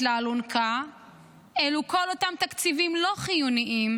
לאלונקה אלו כל אותם תקציבים לא חיוניים